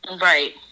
Right